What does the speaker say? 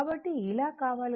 కాబట్టి ఇలా కావాలి